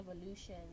evolution